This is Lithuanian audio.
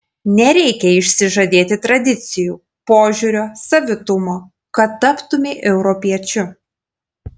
nereikia išsižadėti tradicijų požiūrio savitumo kad taptumei europiečiu